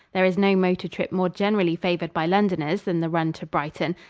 there is no motor trip more generally favored by londoners than the run to brighton,